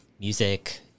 music